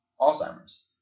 Alzheimer's